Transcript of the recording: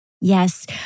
Yes